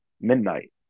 midnight